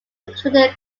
included